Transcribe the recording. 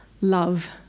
love